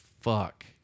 fuck